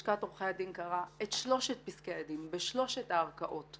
לשכת עורכי הדין קראה את שלושת פסקי הדין בשלושת הערכאות.